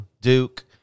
Duke